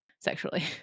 sexually